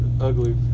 Ugly